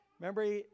remember